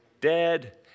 dead